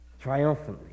triumphantly